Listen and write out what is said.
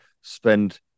spend